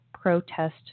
protest